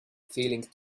feeling